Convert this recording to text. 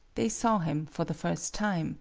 they saw him for the first time